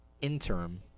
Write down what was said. interim